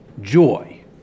joy